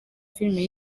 filimi